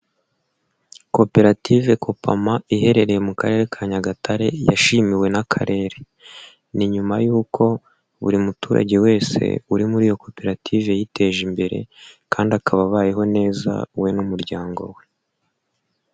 Koperative Kopama iherereye mu Karere ka Nyagatare yashimiwe n'Akarere, ni nyuma y'uko buri muturage wese uri muri iyo koperative yiteje imbere kandi akaba abayeho neza we n'umuryango we.